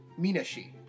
Minashi